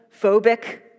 phobic